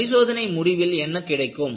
பரிசோதனையின் முடிவில் என்ன கிடைக்கும்